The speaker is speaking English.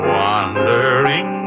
wandering